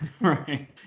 Right